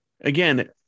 again